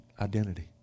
identity